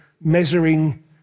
measuring